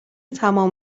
تمام